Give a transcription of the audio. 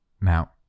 Now